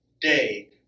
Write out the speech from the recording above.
day